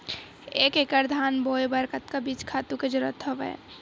एक एकड़ धान बोय बर कतका बीज खातु के जरूरत हवय?